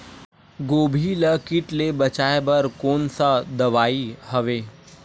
गोभी ल कीट ले बचाय बर कोन सा दवाई हवे?